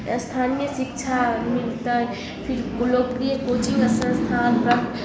स्थानीय शिक्षा मिलतै लोकप्रिय कोचिंग संस्थान पर